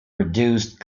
reduced